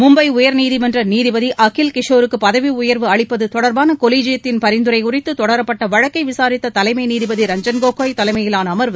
மும்பை உயர்நீதிமன்ற நீதிபதி திரு அகில் குரேஷிக்கு பதவி உயர்வு அளிப்பது தொடர்பான கொலிஜியத்தின் பரிந்துரை குறித்து தொடரப்பட்ட வழக்கை விசாரித்த தலைமை நீதிபதி திரு ரஞ்சன் கோகோய் தலைமையிலான அமர்வு